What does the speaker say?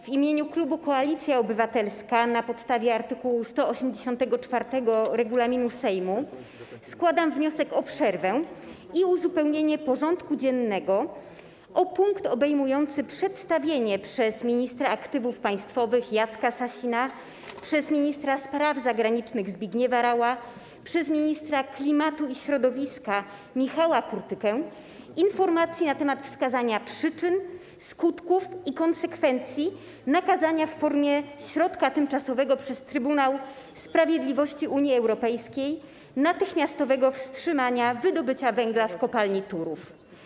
W imieniu klubu Koalicja Obywatelska na podstawie art. 184 regulaminu Sejmu składam wniosek o przerwę i uzupełnienie porządku dziennego o punkt obejmujący przedstawienie przez ministra aktywów państwowych Jacka Sasina, ministra spraw zagranicznych Zbigniewa Raua, ministra klimatu i środowiska Michała Kurtykę informacji na temat wskazania przyczyn, skutków i konsekwencji nakazania w formie środka tymczasowego przez Trybunał Sprawiedliwości Unii Europejskiej natychmiastowego wstrzymania wydobycia węgla w kopalni Turów.